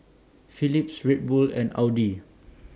Philips Red Bull and Audi